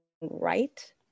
right